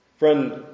Friend